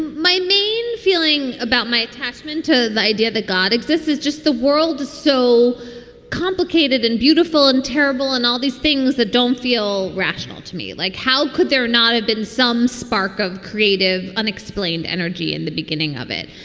my main feeling about my attachment to the idea that god exists is just the world is so complicated and beautiful and terrible and all these things that don't feel rational to me. like, how could there not have been some spark of creative unexplained energy in the beginning of it?